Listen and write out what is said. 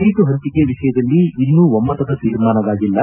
seat ಪಂಚಿಕೆ ವಿಷಯದಲ್ಲಿ ಇನ್ನೂ ಒಮ್ಮತದ ತೀರ್ಮಾನವಾಗಿಲ್ಲ